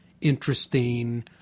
interesting